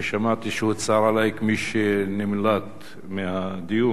ושמעתי שהוצהר עלי כמי שנמלט מהדיון.